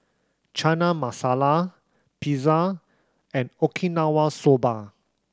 Chana Masala Pizza and Okinawa Soba